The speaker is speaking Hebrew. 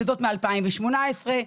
זאת מ-2018,